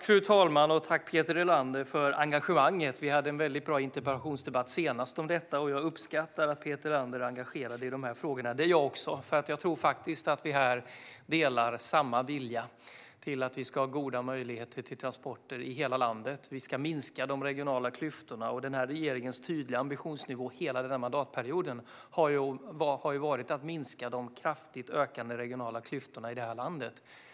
Fru talman! Tack, Peter Helander, för engagemanget! Vi hade en väldigt bra interpellationsdebatt senast om detta. Jag uppskattar att Peter Helander är engagerad i dessa frågor. Det är jag också. Jag tror faktiskt att vi har samma vilja när det gäller att vi ska ha goda möjligheter till transporter i hela landet. Vi ska minska de regionala klyftorna. Regeringens tydliga ambition under hela denna mandatperiod har varit att minska de kraftigt ökande regionala klyftorna i landet.